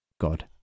God